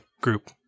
group